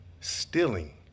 Stealing